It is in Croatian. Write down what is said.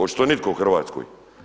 Očito nitko u Hrvatskoj.